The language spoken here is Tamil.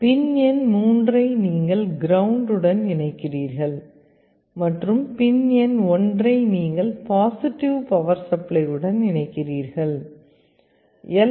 பின் எண் 3 ஐ நீங்கள் கிரவுண்ட் உடன் இணைக்கிறீர்கள் மற்றும் பின் எண் 1 ஐ நீங்கள் பாசிட்டிவ் பவர் சப்ளை உடன் இணைக்கிறீர்கள் எல்